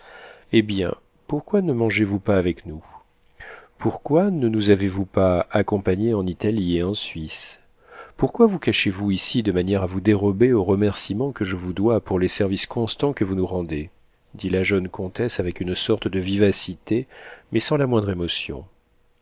eh bien pourquoi ne mangez vous pas avec nous pourquoi ne nous avez-vous pas accompagnés en italie et en suisse pourquoi vous cachez-vous ici de manière à vous dérober aux remerciements que je vous dois pour les services constants que vous nous rendez dit la jeune comtesse avec une sorte de vivacité mais sans la moindre émotion